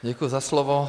Děkuji za slovo.